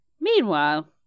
Meanwhile